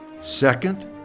Second